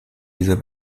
dieser